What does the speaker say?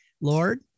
Lord